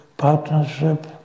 partnership